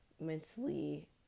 mentally